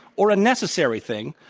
or a necessary thing,